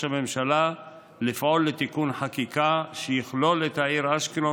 הממשלה לפעול לתיקון חקיקה שיכלול את העיר אשקלון,